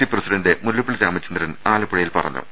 C president Mullappally Ramachandran ആലപ്പുഴയിൽ പറഞ്ഞു